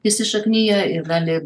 įsišaknija ir gali